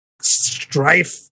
strife